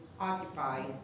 occupied